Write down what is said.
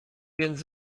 więc